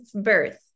birth